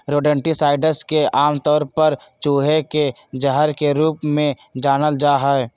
rodenticides के आमतौर पर चूहे के जहर के रूप में जानल जा हई